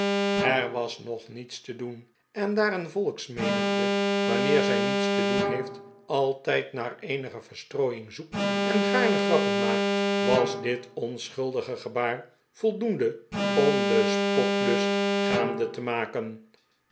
er was nog niets te doen en daar een volksmenigte wanneer zij niets te doen heeft altijd naar eenige verstrooiing zoekt en gaarne grappen maakt was dit onschuldige gebaar voldoende om den spotlust gaande te maken